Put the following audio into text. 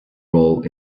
role